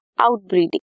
outbreeding